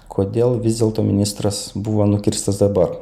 kodėl vis dėlto ministras buvo nukirstas dabar